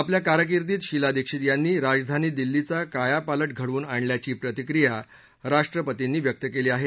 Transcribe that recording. आपल्या कारकिर्दीत शीला दीक्षित यांनी राजधानी दिल्लीचा कायापालट घडवून आणल्याची प्रतिक्रिया राष्ट्रपतींनी दिली आहे